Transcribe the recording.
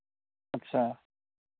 आच्चा